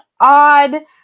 odd